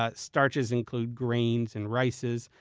ah starches include grains and rices.